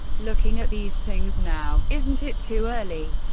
looking at these things now, isn't it too early?